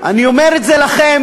אני אומר את זה לכם.